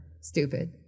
stupid